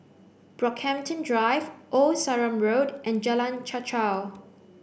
Brockhampton Drive Old Sarum Road and Jalan Chichau